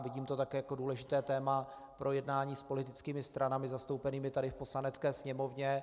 Vidím to také jako důležité téma pro jednání s politickými stranami zastoupenými tady v Poslanecké sněmovně.